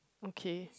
okay